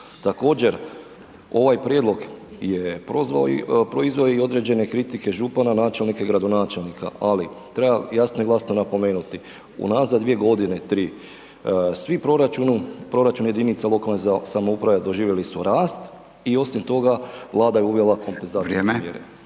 Također, ovaj prijedlog je proizveo i određene kritike župana, načelnika i gradonačelnika ali treba jasno i glasno napomenuti unazad 2 g., 3, svi proračuni jedinica lokalne samouprave doživjeli su rast i osim toga Vlada je uvela kompenzacijske mjere.